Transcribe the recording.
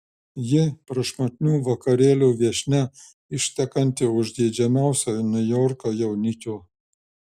ji prašmatnių vakarėlių viešnia ištekanti už geidžiamiausio niujorko jaunikio